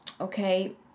okay